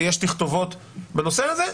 ויש תכתובות בנושא הזה,